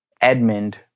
Edmund